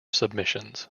submissions